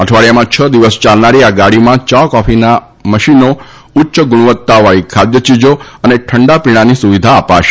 અઠવાડિયામાં છ દિવસ ચાલનારી આ ગાડીમાં ચા કોફીના મશીનો ઉચ્ય ગુણવત્તાવાળી ખાદ્યચીજો અને ઠંડા પીણાની સુવિધા અપાશે